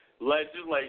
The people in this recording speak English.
legislation